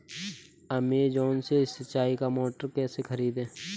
Amazon से सिंचाई का मोटर कैसे खरीदें?